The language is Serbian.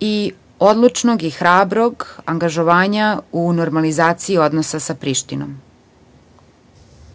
i odlučnog i hrabrog angažovanja u normalizaciji odnosa sa Prištinom. Mišljenje